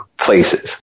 places